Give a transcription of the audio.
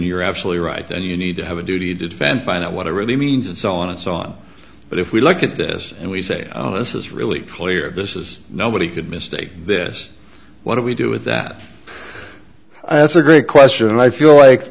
you're absolutely right and you need to have a duty to defend find out what it really means and so on and so on but if we look at this and we say oh this is really clear this is nobody could mistake this what do we do with that that's a great question and i feel like